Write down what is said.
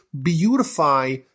beautify